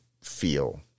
feel